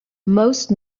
most